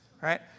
right